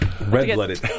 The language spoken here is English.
Red-blooded